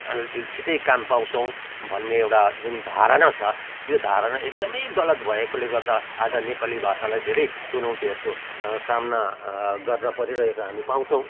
छिट्टै काम पाउँछौँ भन्ने एउटा जुन धारणा छ त्यो धारणा एकदमै गलत भएकोले गर्दा आज नेपाली भाषालाई धेरै चुनौतीहरूको सामना गर्नु परिरहेको हामी पाउँछौँ